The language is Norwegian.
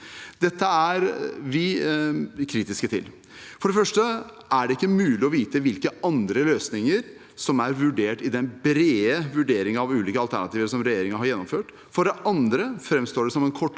Dette er vi kritiske til. For det første er det ikke mulig å vite hvilke andre løsninger som er vurdert i den brede vurderingen av ulike alternativer som regjeringen har gjennomført. For det andre framstår det som en